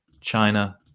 China